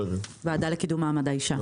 ועדה לקידום מעמד האשה,